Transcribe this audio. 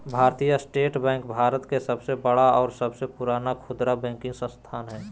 भारतीय state bank Bharat के सबसे बड़ा और सबसे पुराना खुदरा बैंकिंग संस्थान हइ